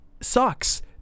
sucks